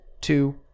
two